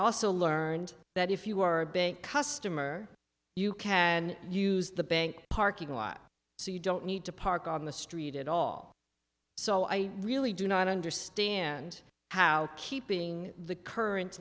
also learned that if you are a bank customer you can use the bank parking lot so you don't need to park on the street at all so i really do not understand how keeping the current